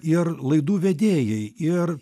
ir laidų vedėjai ir